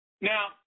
Now